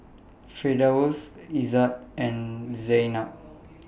Firdaus Izzat and Zaynab